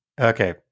okay